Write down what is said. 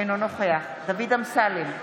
אינו נוכח דוד אמסלם,